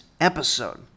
episode